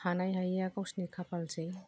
हानाय हायैया गावसिनि खाफालसै